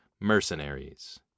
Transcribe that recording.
mercenaries